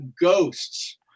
ghosts